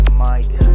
mic